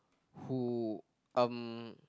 who um